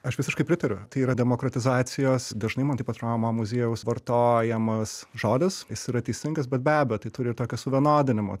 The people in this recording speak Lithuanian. aš visiškai pritariu tai yra demokratizacijos dažnai man taip atrodo mo muziejaus vartojamas žodis jis yra teisingas bet be abejo tai turi ir tokio suvienodinimo